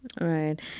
Right